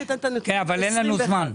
אין לנו זמן.